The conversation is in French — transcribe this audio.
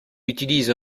utilise